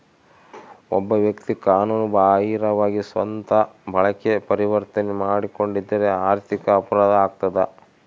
ಒಬ್ಬ ವ್ಯಕ್ತಿ ಕಾನೂನು ಬಾಹಿರವಾಗಿ ಸ್ವಂತ ಬಳಕೆಗೆ ಪರಿವರ್ತನೆ ಮಾಡಿಕೊಂಡಿದ್ದರೆ ಆರ್ಥಿಕ ಅಪರಾಧ ಆಗ್ತದ